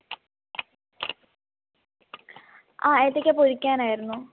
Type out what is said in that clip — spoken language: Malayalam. ആ ഏത്തയ്ക്ക പൊരിക്കാനായിരുന്നു